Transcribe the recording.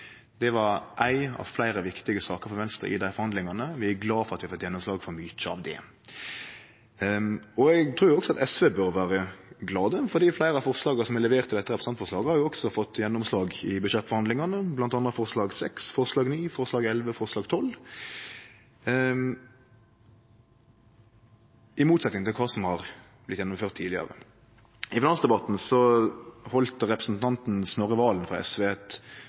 Det var ei av fleire viktige saker for Venstre i dei forhandlingane, og vi er glade for at vi har fått gjennomslag for mykje av det. Eg trur også at SV bør vere glade, for fleire av forslaga som er levert i dette representantforslaget, har også fått gjennomslag i budsjettforhandlingane, bl.a. forslaga nr. 6, 9, 11 og 12, i motsetning til kva som har vorte gjennomført tidlegare. I finansdebatten heldt representanten Snorre Serigstad Valen frå SV eit